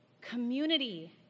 community